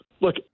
look